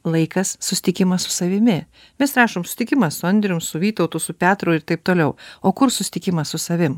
laikas susitikimas su savimi mes rašom sutikimas su andrium su vytautu su petru ir taip toliau o kur susitikimas su savim